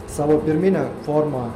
savo pirmine forma